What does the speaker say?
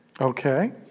Okay